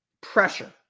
pressure